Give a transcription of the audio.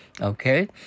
Okay